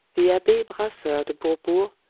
the abbe brasseur de bourbourg,